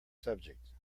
subject